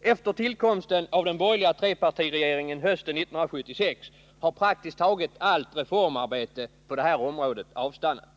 Efter tillkomsten av den borgerliga trepartiregeringen hösten 1976 har praktiskt taget allt reformarbete på det här området avstannat.